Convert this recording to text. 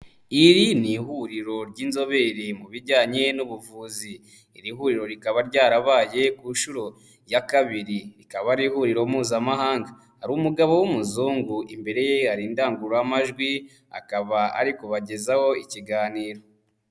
Iri ni ihuriro ry'inzobere mu bijyanye n'ubuvuzi, iri huriro rikaba ryarabaye ku nshuro ya kabiri, rikaba ari ihuriro mpuzamahanga, hari umugabo w'umuzungu imbere ye hari indangururamajwi, akaba ari kubagezaho ikiganiro.